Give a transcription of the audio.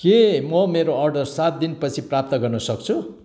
के म मेरो अर्डर सात दिनपछि प्राप्त गर्न सक्छु